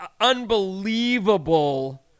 unbelievable